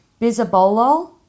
bisabolol